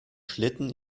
schlitten